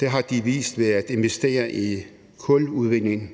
Det har de vist ved ikke at investere i kuludvinding